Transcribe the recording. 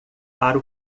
para